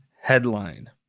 headline